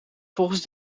volgens